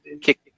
Kick